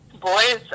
boys